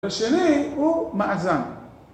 השני הוא מאזן.